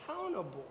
accountable